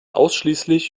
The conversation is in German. ausschließlich